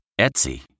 Etsy